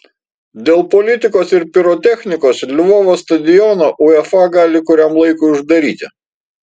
dėl politikos ir pirotechnikos lvovo stadioną uefa gali kuriam laikui uždaryti